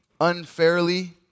unfairly